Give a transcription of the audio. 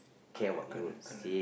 correct correct correct